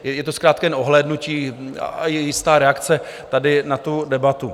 Je to zkrátka jen ohlédnutí a jistá reakce na tady tu debatu.